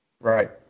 Right